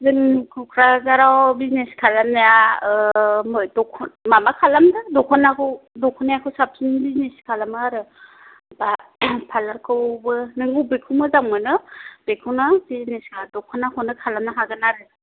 जों क'क्राझाराव बिजिनेश खालामनाया मो माबा खालामदों दख'नाखौ साबसिन बिजिनेस खालामो आरो बा पारलारखौबो नों बबेखौ मोजां मोनो बेखौनो बिजिनेस आ दख'नाखौनौ खालामनो हागोन आरो